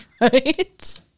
right